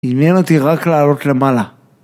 עניין אותי רק לעלות למעלה.